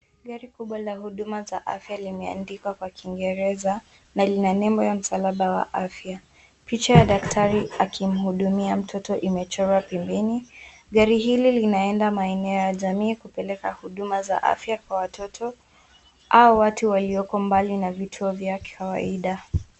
Gari kubwa la huduma za afya limeandikwa kwa kingereza na lina nembo msalaba wa afya. Picha ya daktari akimhudumia mtoto imechorwa pembeni. Gari hilo linaenda maeneo ya jamii kupeleka huduma za afya kwa watoto au watu walioko mbali na vituo vya kawaida.